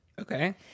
Okay